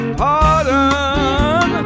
pardon